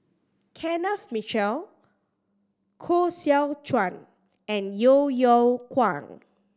Kenneth Mitchell Koh Seow Chuan and Yeo Yeow Kwang